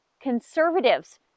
conservatives